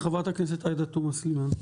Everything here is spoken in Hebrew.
חברת הכנסת עאידה תומא סלימאן.